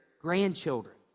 grandchildren